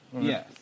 Yes